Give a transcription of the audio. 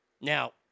Now